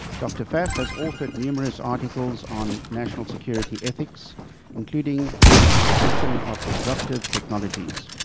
doctor pfaff is authored numerous articles on national security ethics including on the acquisition of disruptive technologies.